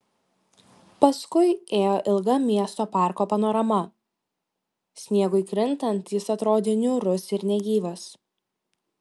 paskui ėjo ilga miesto parko panorama sniegui krintant jis atrodė niūrus ir negyvas